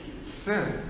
sin